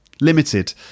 Limited